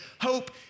hope